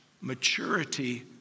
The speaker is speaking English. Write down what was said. maturity